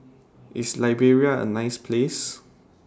IS Liberia A nice Place